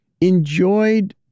enjoyed